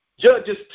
Judges